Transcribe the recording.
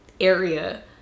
area